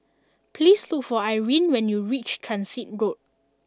please look for Irine when you reach Transit Road